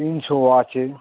তিনশো আছে